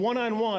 ONE-ON-ONE